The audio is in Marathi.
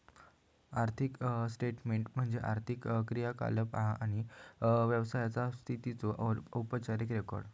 आर्थिक स्टेटमेन्ट म्हणजे आर्थिक क्रियाकलाप आणि व्यवसायाचा स्थितीचो औपचारिक रेकॉर्ड